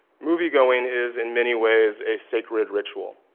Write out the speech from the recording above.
movie-going is, in many ways, a sacred ritual.